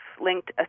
linked